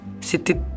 C'était